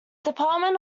department